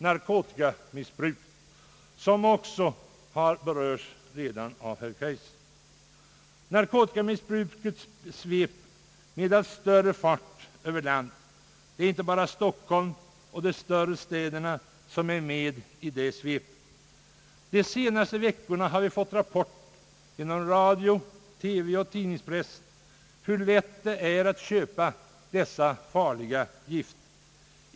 Narkotikamissbruket, som också berördes av herr Kaijser, sveper med allt större fart över landet. Det gäller inte bara Stockholm och de större städerna. De senaste veckorna har vi fått rapporter genom radio, TV och press hur lätt det är att köpa dessa farliga gifter.